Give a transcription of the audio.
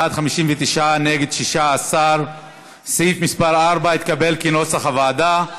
בעד, 59, נגד, 16. סעיף מס' 4 התקבל כנוסח הוועדה.